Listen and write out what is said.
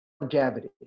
longevity